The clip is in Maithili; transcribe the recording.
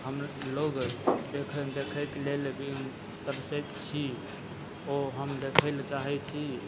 हमलोग देखय देखयके लेल तरसय छी ओ हम देखेला चाहय छी